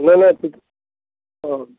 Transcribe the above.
নাই নাই ঠিক